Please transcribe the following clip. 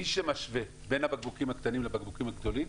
מי שמשווה בין הבקבוקים הקטנים לבקבוקים הגדולים,